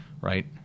right